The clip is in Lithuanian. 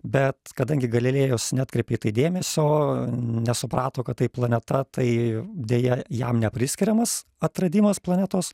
bet kadangi galilėjas neatkreipė į tai dėmesio nesuprato kad tai planeta tai deja jam nepriskiriamas atradimas planetos